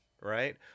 right